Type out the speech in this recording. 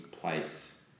place